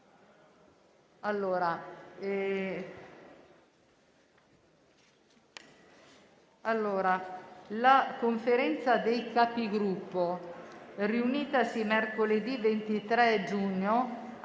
lavori». La Conferenza dei Capigruppo, riunitasi mercoledì 23 giugno,